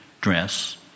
dress